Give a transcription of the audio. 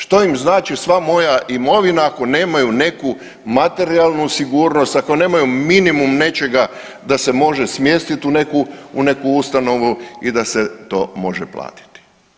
Što im znači sva moja imovina ako nemaju neku materijalnu sigurnost, ako nemaju minimum nečega da se može smjestiti u neku ustanovu i da se to može platiti.